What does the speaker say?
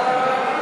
הכנסת (תיקון מס' 40)